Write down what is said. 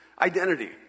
identity